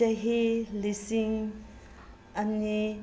ꯆꯍꯤ ꯂꯤꯁꯤꯡ ꯑꯅꯤ